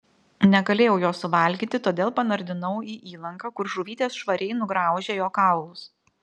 negalėjau jo suvalgyti todėl panardinau į įlanką kur žuvytės švariai nugraužė jo kaulus